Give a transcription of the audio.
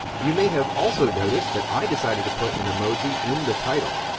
you may have also noticed that i decided to put an emoji in the title.